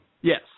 Yes